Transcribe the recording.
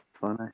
funny